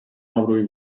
avroyu